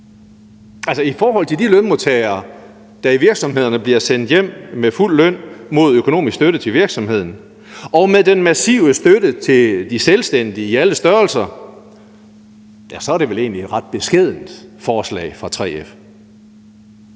Altså, i forhold til de lønmodtagere, der i virksomhederne bliver sendt hjem med fuld løn mod økonomisk støtte til virksomheden, og med den massive støtte til de selvstændige i alle størrelser er det vel egentlig et ret beskedent forslag fra 3F.